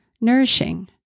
nourishing